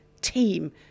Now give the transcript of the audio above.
team